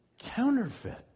Counterfeit